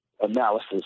analysis